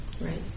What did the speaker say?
Right